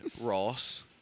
Ross